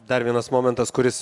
dar vienas momentas kuris